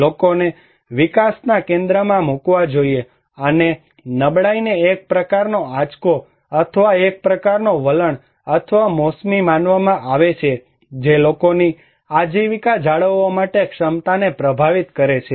લોકોને વિકાસના કેન્દ્રમાં મૂકવા જોઈએ અને નબળાઈને એક પ્રકારનો આંચકો અથવા એક પ્રકારનો વલણ અથવા મોસમી માનવામાં આવે છે જે લોકોની આજીવિકા જાળવવા માટે ક્ષમતાને પ્રભાવિત કરે છે